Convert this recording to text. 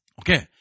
Okay